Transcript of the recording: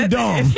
dumb